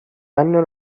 hanno